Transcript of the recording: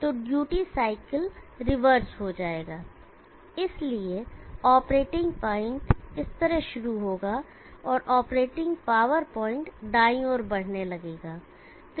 तो duty cycle reverse हो जाएगा इसलिए ऑपरेटिंग पॉइंट इस तरह शुरू होगा और ऑपरेटिंग पावर पॉइंट दाईं ओर बढ़ने लगेगा